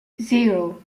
zero